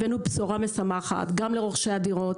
הבאנו בשורה משמחת גם לרוכשי הדירות,